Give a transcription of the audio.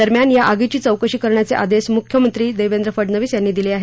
दरम्यान या आगीची चौकशी करण्याचे आदेश मुख्यमंत्री देवेंद्र फडनवीस यांनी दिले आहेत